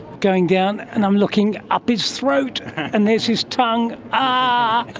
going down, and i'm looking up its throat, and there's his tongue, ah